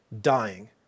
dying